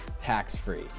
tax-free